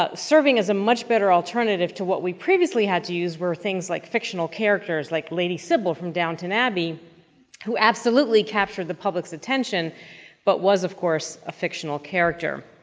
ah serving as a much better alternative to what we previously had to use were things like fictional characters like lady sybil from downton abbey who absolutely compared the public's attention but was, of course, a fictional character.